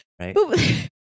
right